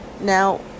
Now